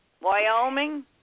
Wyoming